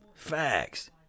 Facts